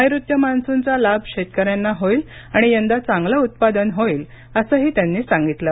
नैऋत्य मान्सूनचा लाभ शेतकऱ्यांना होईल आणियंदा चांगले उत्पादन होईल असंही त्यांनी सांगितलं